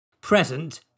present